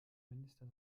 minister